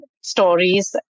stories